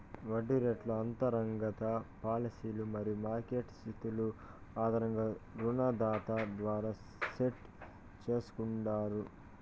వడ్డీ రేటు అంతర్గత పాలసీలు మరియు మార్కెట్ స్థితుల ఆధారంగా రుణదాత ద్వారా సెట్ చేస్తాండారు